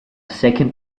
second